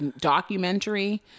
documentary